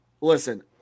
Listen